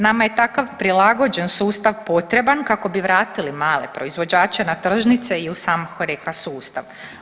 Nama je takav prilagođen sustav potreban kako bi vratili male proizvođače na tržnice i u sam … sustav.